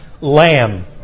Lamb